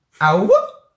ow